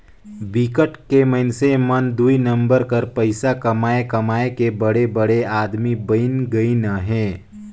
बिकट के मइनसे मन दुई नंबर कर पइसा कमाए कमाए के बड़े बड़े आदमी बइन गइन अहें